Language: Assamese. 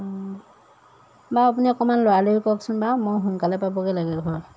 বাৰু আপুনি অকণমান লৰালৰি কৰকচোন বাৰু মই সোনকালে পাবগৈ লাগে ঘৰ